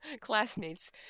classmates